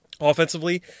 offensively